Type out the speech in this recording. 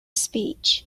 speech